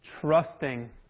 trusting